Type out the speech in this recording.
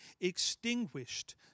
extinguished